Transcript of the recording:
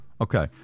Okay